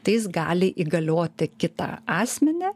tai jis gali įgalioti kitą asmenį